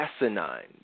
Asinine